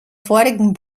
vorigen